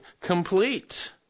complete